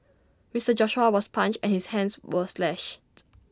Mister Joshua was punched and his hands were slashed